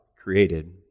created